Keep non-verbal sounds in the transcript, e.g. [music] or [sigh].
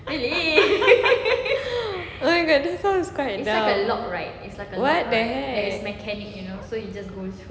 [laughs] oh it's kind of dumb